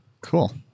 Cool